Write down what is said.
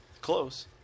Close